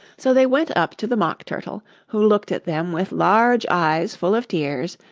so they went up to the mock turtle, who looked at them with large eyes full of tears,